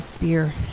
beer